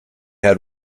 had